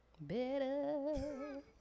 Better